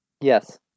Yes